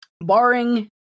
Barring